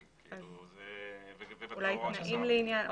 אולי תנאים לעניין.